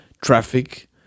traffic